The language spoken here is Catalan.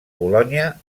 bolonya